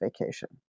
vacation